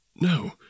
No